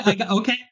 Okay